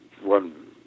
one